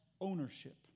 ownership